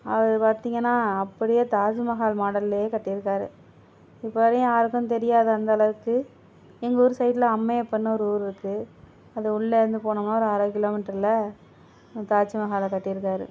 அவர் பார்த்திங்கன்னா அப்படியே தாஜ்மஹால் மாடல்லையே கட்டியிருக்காரு இப்போ வரையும் யாருக்கும் தெரியாது அந்த அளவுக்கு எங்கள் ஊர் சைடில் அம்மையப்பன்னு ஒரு ஊர்யிருக்கு அது உள்ளேருந்து போனோம்ன்னா ஒரு அரை கிலோமீட்டருல தாஜ்மஹாலை கட்டியிருக்காரு